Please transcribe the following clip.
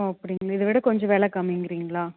ஓ அப்படிங் இதை விட கொஞ்சம் வில கம்மிங்கிறிங்ளா